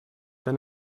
than